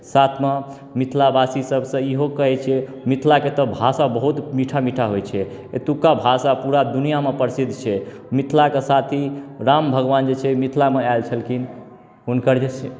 साथमे मिथिलावासी सभसँ इहो कहै छियै मिथिलाके तऽ भाषा बहुत मीठा मीठा होइ छै एतुक्का भाषा पूरा दुनिआँमे प्रसिद्ध छै मिथिलाके साथी राम भगवान जे छै मिथिलामे आयल छलखिन हुनकर जे